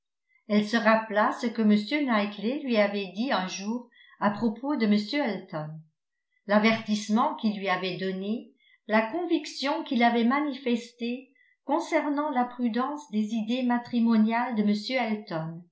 elle se rappela ce que m knightley lui avait dit un jour à propos de m elton l'avertissement qu'il lui avait donné la conviction qu'il avait manifestée concernant la prudence des idées matrimoniales de